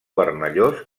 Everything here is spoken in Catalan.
vermellós